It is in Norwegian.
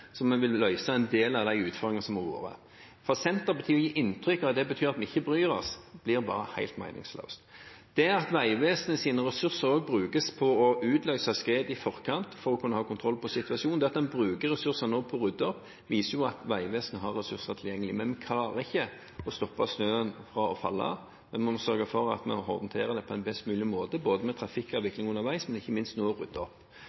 vil løse en del av de utfordringene som har vært der. Senterpartiet gir inntrykk av at det betyr at vi ikke bryr oss, det blir bare helt meningsløst. At Vegvesenets ressurser også brukes til å utløse skred i forkant for å kunne ha kontroll på situasjonen, og at en bruker ressurser også på å rydde opp, viser at Vegvesenet har ressurser tilgjengelig. Men vi klarer ikke å stoppe snøen fra å falle. Da må vi sørge for at vi håndterer det på best mulig måte både med trafikkavvikling underveis og ikke minst ved å rydde opp.